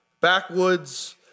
backwoods